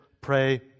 pray